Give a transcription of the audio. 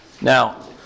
Now